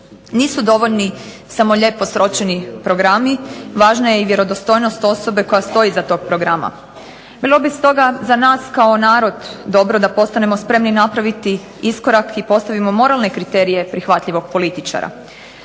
Nisu dovoljni samo lijepo sročeni programi. Važna je i vjerodostojnost osobe koja stoji iza tog programa. Bilo bi stoga za nas kao narod da postanemo spremni napraviti iskorak i postavimo moralne kriterije prihvatljivog političara.